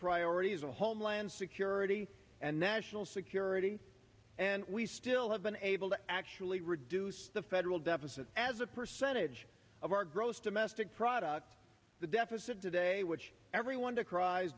priorities a homeland security and national security and we still have been able to actually reduce the federal deficit as a percentage of our gross domestic product the deficit today which everyone decries